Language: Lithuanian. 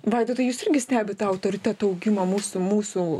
vaidotai jūs irgi stebit tą autoritetą augimą mūsų mūsų